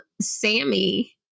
sammy